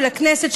של הכנסת,